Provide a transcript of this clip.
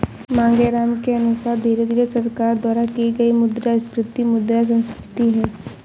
मांगेराम के अनुसार धीरे धीरे सरकार द्वारा की गई मुद्रास्फीति मुद्रा संस्फीति है